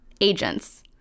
agents